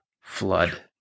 flood